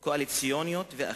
קואליציוניות ואחרות.